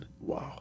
Wow